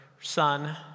son